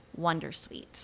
wondersuite